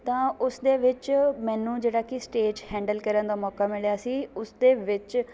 ਤਾਂ ਉਸ ਦੇ ਵਿੱਚ ਮੈਨੂੰ ਜਿਹੜਾ ਕਿ ਸਟੇਜ ਹੈਂਡਲ ਕਰਨ ਦਾ ਮੌਕਾ ਮਿਲਿਆ ਸੀ ਉਸ ਦੇ ਵਿੱਚ